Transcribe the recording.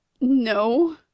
No